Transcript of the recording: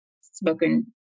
spoken